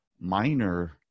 minor